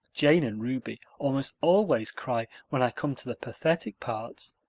jane and ruby almost always cry when i come to the pathetic parts.